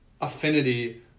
affinity